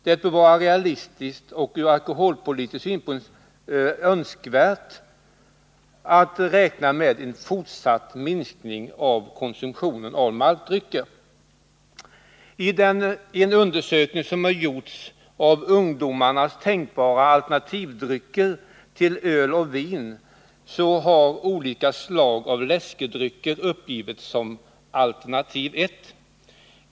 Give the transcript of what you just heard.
Det bör vara realistiskt, och från alkoholpolitisk synpunkt önskvärt, att räkna med en fortsatt minskning av konsumtionen av maltdrycker. I en undersökning som har gjorts av vilka drycker som hos ungdomarna är tänkbara alternativ till öl och vin har olika slag av läskedrycker uppgivits som alternativ 1.